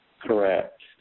Correct